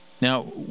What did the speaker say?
Now